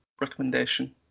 recommendation